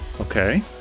Okay